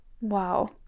wow